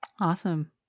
Awesome